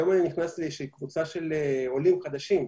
היום נכנסתי לקבוצה של עולים חדשים,